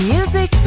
Music